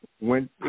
went